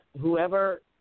whoever